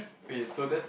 wait so that's